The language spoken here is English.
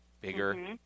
bigger